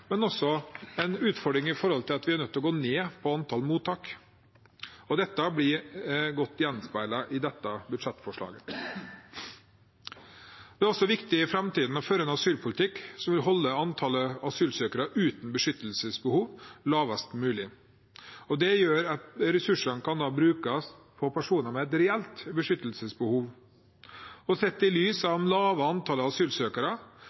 men er også en utfordring opp mot at vi er nødt til å gå ned på antall mottak. Dette blir godt gjenspeilet i dette budsjettforslaget. Det er også viktig i framtiden å føre en asylpolitikk som vil holde antallet asylsøkere uten beskyttelsesbehov lavest mulig. Det gjør at ressursene kan brukes på personer med et reelt beskyttelsesbehov. Sett i lys av det lave antallet asylsøkere